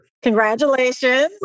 Congratulations